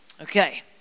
okay